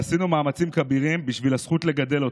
ועשינו מאמצים כבירים בשביל הזכות לגדל אותו.